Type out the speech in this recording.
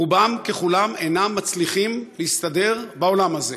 רובם ככולם אינם מצליחים להסתדר בעולם הזה.